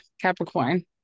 capricorn